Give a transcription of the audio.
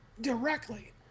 Directly